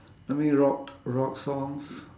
I mean rock rock songs